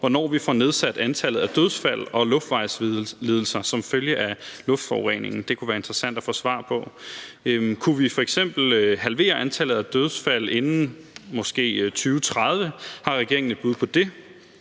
hvornår vi får nedsat antallet af dødsfald og luftvejslidelser som følge af luftforureningen? Det kunne være interessant at få svar på. Kunne vi f.eks. halvere antallet af dødsfald inden måske 2030? Har regeringen et bud på det?